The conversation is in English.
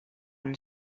and